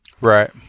Right